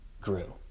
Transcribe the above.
grew